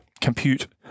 compute